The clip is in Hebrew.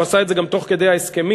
הוא עשה את זה גם תוך כדי ההסכמים,